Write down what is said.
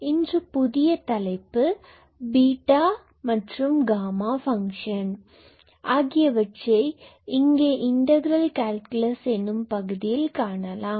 இன்று புதிய தலைப்பு பீட்டா காமா ஃபங்க்ஷன் ஆகியவற்றை இங்கே இன்டகிரல் கால்குலஸ் எனும் பகுதியில் காணலாம்